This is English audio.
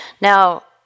Now